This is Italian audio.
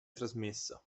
trasmessa